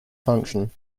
function